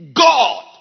God